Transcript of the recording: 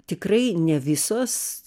tikrai ne visos